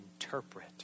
interpret